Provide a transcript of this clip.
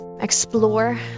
explore